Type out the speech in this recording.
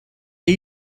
are